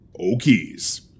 Okies